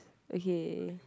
okay